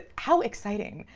how exciting!